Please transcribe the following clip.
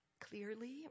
Clearly